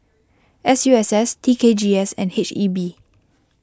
S U S S T K G S and H E B